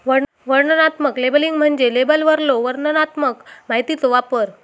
वर्णनात्मक लेबलिंग म्हणजे लेबलवरलो वर्णनात्मक माहितीचो वापर